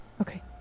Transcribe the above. Okay